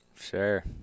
Sure